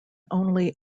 only